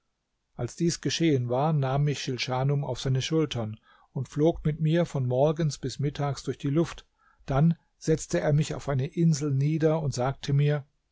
als dies geschehen war nahm mich schilschanum auf seine schultern und flog mit mir von morgens bis mittags durch die luft dann setzte er mich auf eine insel nieder und sagte mir